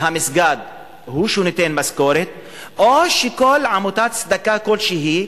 המסגד הוא שנותן משכורת או שכל עמותת צדקה כלשהי,